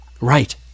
Right